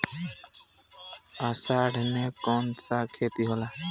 अषाढ़ मे कौन सा खेती होला?